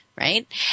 right